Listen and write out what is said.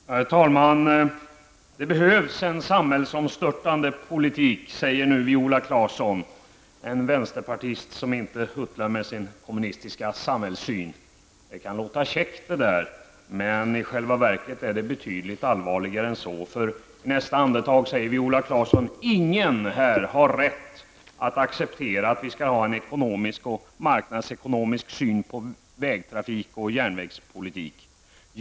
Herr talman! Det behövs en samhällsomstörtande politik, säger Viola Claesson, en vänsterpartist som inte huttlar med sin kommunistiska samhällssyn. Det kan låta käckt, men i själva verket är det betydligt allvarligare än så. I nästa andetag säger Viola Claesson: Ingen här har rätt att acceptera att vi skall ha en ekonomisk och marknadsekonomisk syn på vägtrafik och järnvägspolitik.